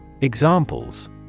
Examples